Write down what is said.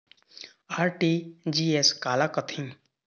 RTGS काला कथें?